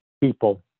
people